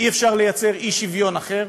אי-אפשר ליצור אי-שוויון אחר.